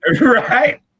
Right